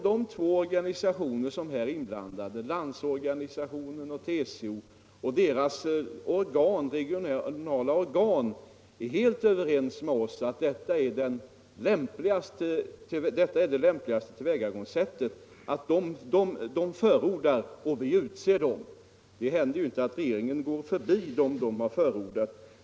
De två inblandade organisationerna — LO och TCO och deras regionala organ — är också, som jag sade, helt överens om att det nu föreslagna tillvägagångssättet, att de förordar representanter och vi utser dem, är det lämpligaste. Det händer ju inte att regeringen går förbi de representanter som organisationerna förordat.